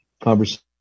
conversation